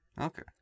Okay